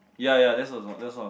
ya ya that was thats what was